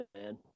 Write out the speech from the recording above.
man